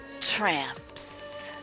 tramps